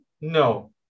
No